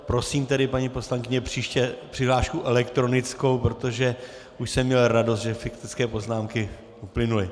Prosím tedy, paní poslankyně, příště přihlášku elektronickou, protože už jsem měl radost, že faktické poznámky uplynuly.